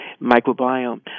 microbiome